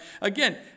again